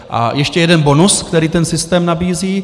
A ještě jeden bonus, který ten systém nabízí.